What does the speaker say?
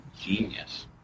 genius